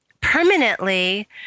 permanently